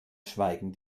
schweigen